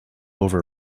over